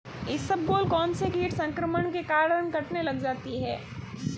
इसबगोल कौनसे कीट संक्रमण के कारण कटने लग जाती है?